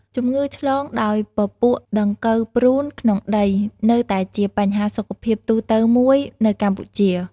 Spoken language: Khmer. ជំងឺឆ្លងដោយពពួកដង្កូវព្រូនក្នុងដី នៅតែជាបញ្ហាសុខភាពទូទៅមួយនៅកម្ពុជា។